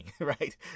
Right